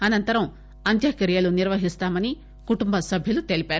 అనంతరం అంత్యక్రియలు నిర్వహిస్తామని కుటుంబసభ్యులు తెలిపారు